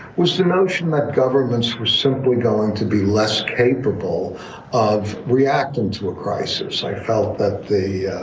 was the notion that governments were simply going to be less capable of reacting to a crisis. i felt that the